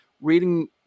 reading